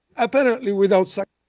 apparently without